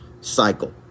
Cycle